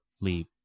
leave